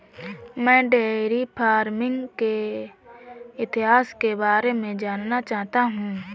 मैं dairy farming के इतिहास के बारे में जानना चाहता हूं